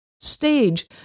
stage